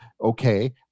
Okay